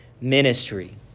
ministry